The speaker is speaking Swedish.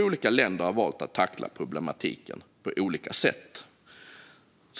Olika länder har valt att tackla problematiken på olika sätt.